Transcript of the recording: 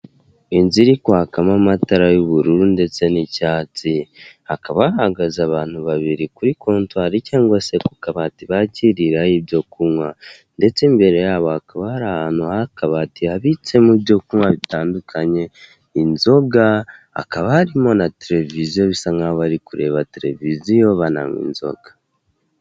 Inzu iri kwakamo amatara y'ubururu ndetse n'icyatsi, hakaba hagaze abantu babiri kuri kotwari cyangwa se ku kabati bakiriraho ibyo kunywa, ndetse imbere yabo hakaba hari ahantu h'akabati habitsemo ibyokunywa bitandukanye, inzog hakkaba harimo na televiziyo bisa nk'aho bari kureba televiziyo bananywa inzoga.